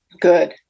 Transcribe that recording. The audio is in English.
Good